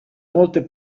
molte